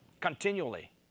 continually